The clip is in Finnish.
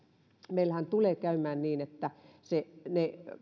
meillähän tulee käymään niin että ne